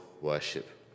worship